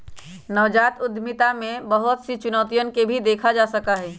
नवजात उद्यमिता में बहुत सी चुनौतियन के भी देखा जा सका हई